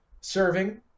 serving